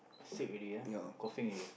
sick already ah coughing already